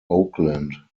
oakland